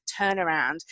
turnaround